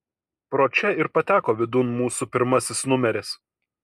pro čia ir pateko vidun mūsų pirmasis numeris